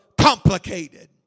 complicated